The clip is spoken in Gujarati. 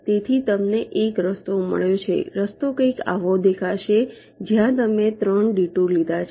તેથી તમને એક રસ્તો મળ્યો છે રસ્તો કંઈક આવો દેખાશે જ્યાં તમે 3 ડિટુર લીધા છે